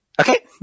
Okay